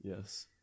Yes